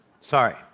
Sorry